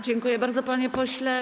Dziękuję bardzo, panie pośle.